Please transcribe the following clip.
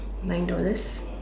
nine dollars